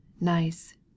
Nice